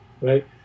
Right